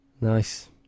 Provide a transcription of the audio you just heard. Nice